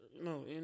No